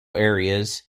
areas